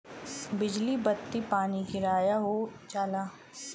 बिजली बत्ती पानी किराया हो जाला